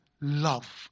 love